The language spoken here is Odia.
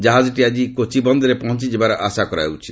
ଜାହାଜଟି ଆଜି କୋଚି ବନ୍ଦରରେ ପହଞ୍ଚିଯିବାର ଆଶା କରାଯାଉଛି